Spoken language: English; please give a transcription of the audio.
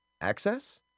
Access